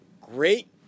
great